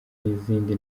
n’izindi